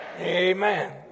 Amen